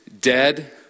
dead